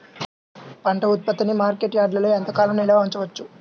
పంట ఉత్పత్తిని మార్కెట్ యార్డ్లలో ఎంతకాలం నిల్వ ఉంచవచ్చు?